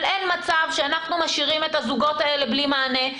אבל אין מצב שאנחנו משאירים את הזוגות האלה בלי מענה,